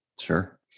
Sure